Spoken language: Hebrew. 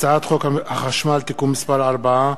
הצעת חוק החשמל (תיקון מס' 4),